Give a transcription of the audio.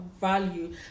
value